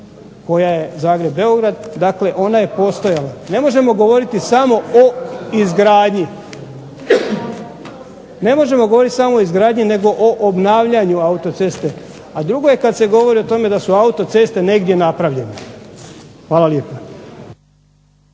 koja je Zagreb-Beograd. Dakle, ona je postojala. Ne možemo govoriti samo o izgradnji nego o obnavljanju autoceste. A drugo je kad se govori o tome da su autoceste negdje napravljene. Hvala lijepo.